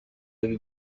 اگه